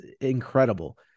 incredible